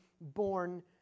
born